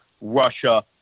Russia